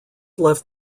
left